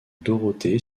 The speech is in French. dorothée